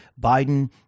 Biden